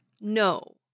No